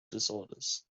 disorders